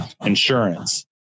Insurance